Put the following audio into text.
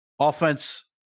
offense